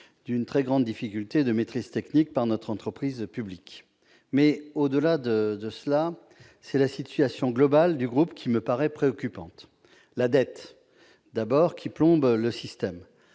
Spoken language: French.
d'une très grande difficulté de maîtrise technique par notre entreprise publique. Au-delà, c'est la situation globale du groupe qui me paraît préoccupante. La dette, qui atteint désormais